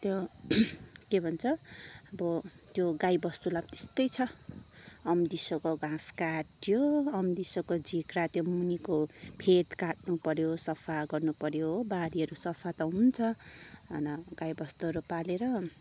त्यो त्यो के भन्छ अब त्यो गाईबस्तुलाई त्यस्तै छ अम्लिसोको घाँस काट्यो अम्लिसोको झिक्रा त्यो मुनिको फेद काट्नु पऱ्यो सफा गर्नुपऱ्यो हो बारीहरू सफा त हुन्छ हन गाईबस्तुहरू पालेर